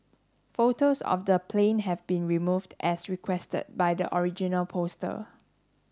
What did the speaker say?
photos of the plane have been removed as requested by the original poster